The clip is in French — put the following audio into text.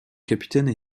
capitaines